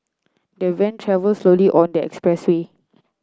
the van travelled slowly on the expressway